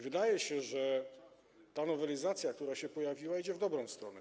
Wydaje się, że nowelizacja, która się pojawiła, idzie w dobrą stronę.